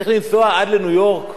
כדי להאשים את ראש הממשלה?